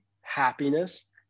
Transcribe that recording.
happiness